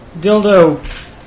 dildo